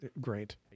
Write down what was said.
great